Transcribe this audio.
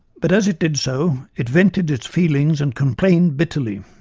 but as it did so, it vented its feelings and complained bitterly.